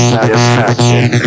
Satisfaction